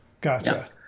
Gotcha